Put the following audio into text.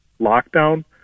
lockdown